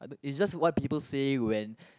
i the it's just what people say when